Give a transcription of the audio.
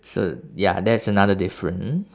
so ya that's another difference